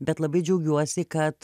bet labai džiaugiuosi kad